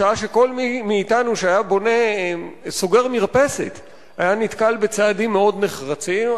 בשעה שכל מי מאתנו שהיה סוגר מרפסת היה נתקל בצעדים מאוד נחרצים.